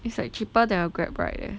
it's like cheaper than a Grab ride